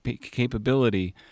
capability